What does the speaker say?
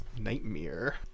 Nightmare